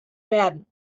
werden